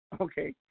Okay